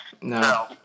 No